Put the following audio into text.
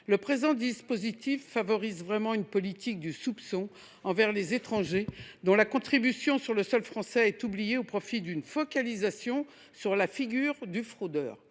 d’un tel dispositif favoriserait une politique du soupçon envers les étrangers, dont la contribution sur le sol français est oubliée au profit d’une focalisation sur la figure du fraudeur.